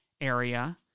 area